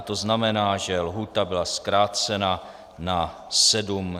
To znamená, že lhůta byla zkrácena na sedm dní.